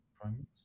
prime